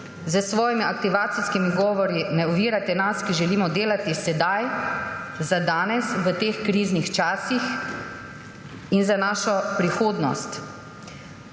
S svojimi aktivacijskimi govori ne ovirajte nas, ki želimo delati sedaj za danes v teh kriznih časih in za našo prihodnost.